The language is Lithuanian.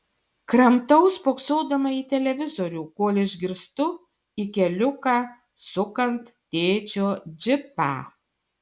kramtau spoksodama į televizorių kol išgirstu į keliuką sukant tėčio džipą